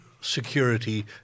security